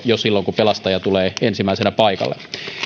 jo silloin kun pelastaja tulee ensimmäisenä paikalle